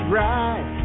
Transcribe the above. right